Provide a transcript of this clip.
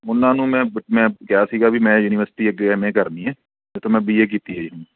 ਉਹਨਾਂ ਨੂੰ ਮੈਂ ਮੈਂ ਕਿਹਾ ਸੀਗਾ ਵੀ ਮੈਂ ਯੂਨੀਵਰਸਿਟੀ ਅੱਗੇ ਐੱਮਏ ਕਰਨੀ ਐਂ ਇੱਥੋਂ ਮੈਂ ਬੀਏ ਕੀਤੀ ਹੋਈ